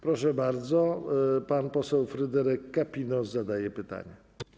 Proszę bardzo, pan poseł Fryderyk Kapinos zadaje pytanie.